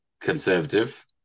conservative